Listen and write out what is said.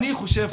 אני חושב,